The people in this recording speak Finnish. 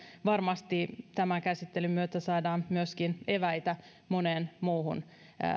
varmasti tämän käsittelyn myötä saadaan myöskin eväitä moneen muuhun